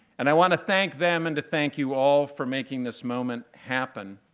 and i want to thank them and to thank you all for making this moment happen.